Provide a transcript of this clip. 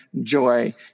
joy